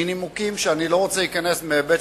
מנימוקים שאני לא רוצה להיכנס אליהם,